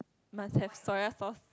must have soya sauce